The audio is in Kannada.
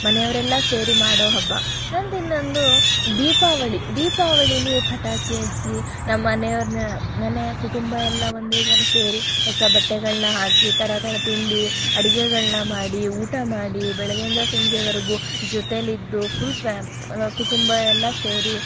ಮನೆಯವರೆಲ್ಲ ಸೇರಿ ಮಾಡೋ ಹಬ್ಬ ಆ್ಯಂಡ್ ಇನ್ನೊಂದು ದೀಪಾವಳಿ ದೀಪಾವಳೀಲಿ ಪಟಾಕಿ ಹಚ್ಚಿ ನಮ್ಮ ಮನೆಯವ್ರನ್ನ ಮನೆಯ ಕುಟುಂಬ ಎಲ್ಲ ಒಂದೇ ಸಲ ಸೇರಿ ಹೊಸ ಬಟ್ಟೆಗಳನ್ನ ಹಾಕಿ ಥರ ಥರ ತಿಂಡಿ ಅಡುಗೆಗಳ್ನ ಮಾಡಿ ಊಟ ಮಾಡಿ ಬೆಳಗ್ಗೆಯಿಂದ ಸಂಜೆವರೆಗೂ ಜೊತೇಲಿದ್ದು ಫುಲ್ ಫ್ಯಾಮ್ ಕುಟುಂಬ ಎಲ್ಲ ಸೇರಿ